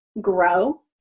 grow